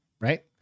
right